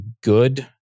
good